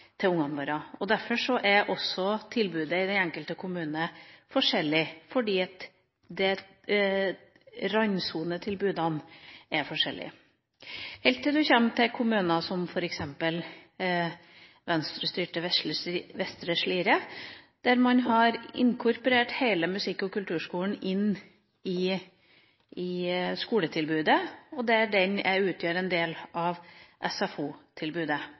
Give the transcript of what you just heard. til ungene våre. Fordi randsonetilbudene er forskjellige, er også tilbudet i den enkelte kommune forskjellig. I Venstre-styrte Vestre Slidre, f.eks., har man inkorporert hele musikk- og kulturskolen i skoletilbudet. Der utgjør den en del av